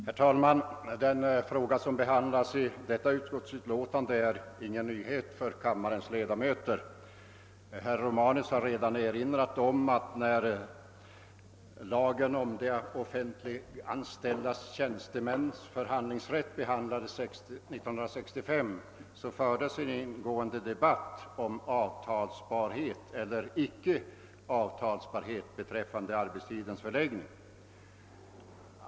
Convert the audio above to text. Herr talman! Den fråga som behandlas i detta utlåtande är ingen nyhet för kammarens ledamöter. Herr Romanus har redan sagt att när lagen om de offentligtanställda —tjänstemännens = förhandlingsrätt behandlades 1965 fördes en ingående debatt om avtalsbarhet eller icke avtalsbarhet beträffande arbetstidens förläggning.